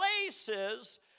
places